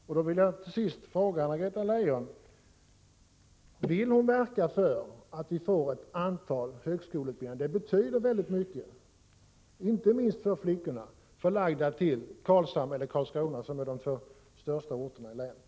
Jag vill till sist fråga Anna-Greta Leijon: Vill arbetsmarknadsministern verka för att vi får ett antal högskoleutbildningar, som skulle betyda väldigt mycket inte minst för flickorna, förlagda till Karlshamn eller Karlskrona, som är de två största orterna i länet?